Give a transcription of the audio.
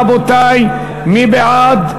רבותי, מי בעד?